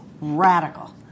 radical